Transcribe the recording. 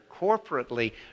corporately